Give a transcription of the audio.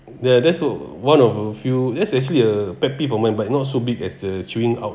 there are that so one of a few that's actually a pet peeve of mine but not so big as the chewing out